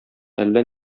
әллә